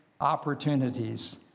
opportunities